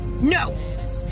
No